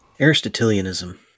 Aristotelianism